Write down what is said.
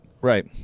Right